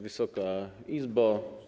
Wysoka Izbo!